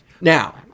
Now